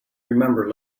remember